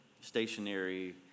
stationary